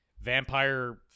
vampire